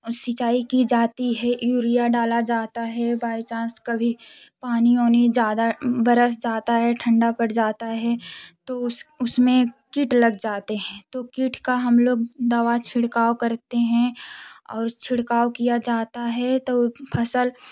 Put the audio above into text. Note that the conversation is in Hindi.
सिंचाई की जाती है यूरिया डाला जाता है बाय चांस कभी पानी वानी ज़्यादा बरस जाता है ठण्डा पर जाता है तो उस उसमें कीट लग जाते हैं तो कीट का हम लोग दावा छिड़काव करते हैं और छिड़काव किया जाता है तो उ फसल